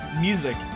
music